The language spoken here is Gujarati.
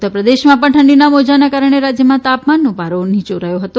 ઉત્તર પ્રદેશમાં પણ ઠંડીના મોજાને કારણે રાજ્યમાં તાપમાનનો પારો નીચે રહ્યો હતો